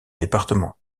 département